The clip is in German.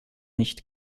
nicht